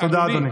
תודה, אדוני.